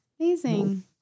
Amazing